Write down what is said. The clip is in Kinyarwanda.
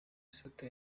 sata